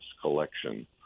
collection